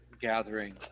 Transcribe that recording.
gathering